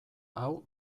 hau